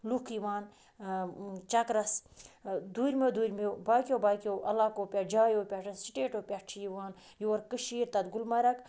لُکھ یِوان چَکرَس دوٗرمیو دوٗرمیو باقٕیو باقٕیو علاقو پٮ۪ٹھ جایو پٮ۪ٹھ سٕٹیٹو پٮ۪ٹھ چھِ یِوان یور کٔشیٖرِ تَتھ گلمرگ